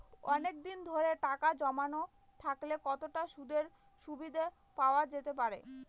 অনেকদিন ধরে টাকা জমানো থাকলে কতটা সুদের সুবিধে পাওয়া যেতে পারে?